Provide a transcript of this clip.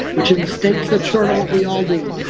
which in the states, that's sort of what we all do.